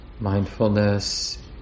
Mindfulness